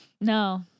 No